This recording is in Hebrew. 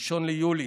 ב-1 ביולי,